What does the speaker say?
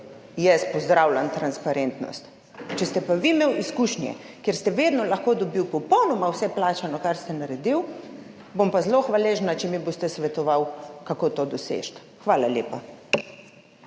jaz pozdravljam transparentnost. Če ste pa vi imeli izkušnje, kjer ste vedno lahko dobili popolnoma vse plačano, kar ste naredili, bom pa zelo hvaležna, če mi boste svetovali, kako to doseči. Hvala lepa.